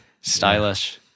Stylish